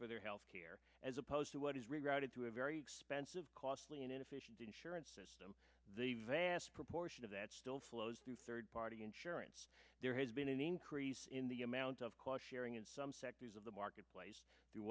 for their health care as opposed to what is regarded to a very expensive costly and inefficient insurance system the vast proportion of that still flows through third party insurance there has been an increase in the amount of quote sharing in some sectors of the marketplace